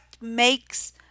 makes